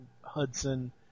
Hudson